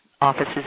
offices